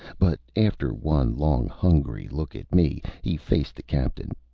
but after one long, hungry look at me, he faced the captain.